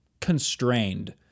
constrained